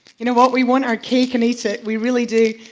you know what we want our cake and eat it, we really do.